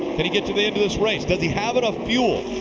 can he get to the end of this race? does he have enough fuel?